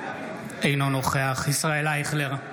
אינו נוכח ישראל אייכלר,